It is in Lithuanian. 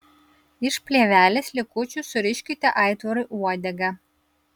iš plėvelės likučių suriškite aitvarui uodegą